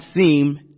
seem